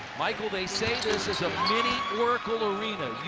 michael, they say this is a mini oracle arena.